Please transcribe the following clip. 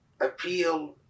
appeal